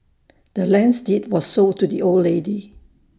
the land's deed was sold to the old lady